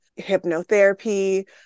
hypnotherapy